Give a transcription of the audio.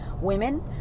women